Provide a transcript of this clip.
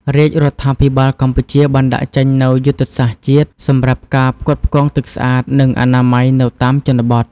រាជរដ្ឋាភិបាលកម្ពុជាបានដាក់ចេញនូវ យុទ្ធសាស្ត្រជាតិ សម្រាប់ការផ្គត់ផ្គង់ទឹកស្អាត និងអនាម័យនៅតាមជនបទ។